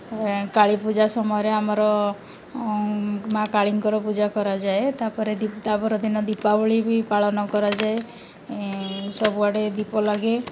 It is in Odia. କାଳୀ ପୂଜା ସମୟରେ ଆମର ମା' କାଳୀଙ୍କର ପୂଜା କରାଯାଏ ତା'ପରେ ତା'ପରେ ଦିନ ଦୀପାବଳି ବି ପାଳନ କରାଯାଏ ସବୁଆଡ଼େ ଦୀପ ଲାଗେ